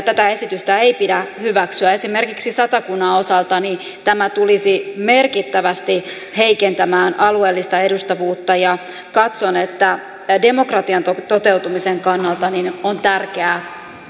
tätä esitystä ei pidä hyväksyä esimerkiksi satakunnan osalta tämä tulisi merkittävästi heikentämään alueellista edustavuutta ja katson että demokratian toteutumisen kannalta on tärkeää